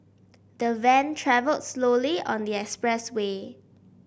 the van travelled slowly on the expressway